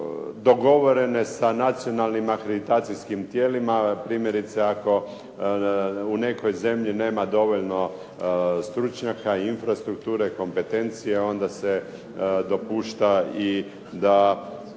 dogovorene sa nacionalnim akreditacijskim tijelima. Primjerice, ako u nekoj zemlji nema dovoljno stručnjaka i infrastrukture i kompetencije onda se dopušta i da